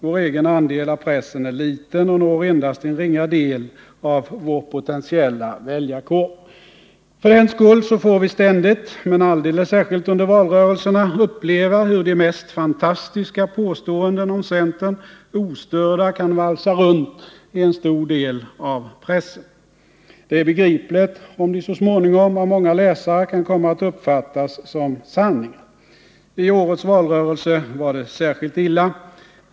Vår egen andel av pressen är liten och når endast en ringa del av vår potentiella väljarkår. För den skull får vi ständigt — men alldeles särskilt under valrörelserna — uppleva hur de mest fantastiska påståenden om centern ostörda kan valsa runt i en stor del av pressen. Det är begripligt om de så småningom av många läsare kan komma att uppfattas som sanningar. I årets valrörelse var det särskilt illa.